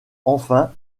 enfin